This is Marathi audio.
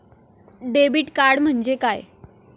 डेबिट कार्ड म्हणजे काय?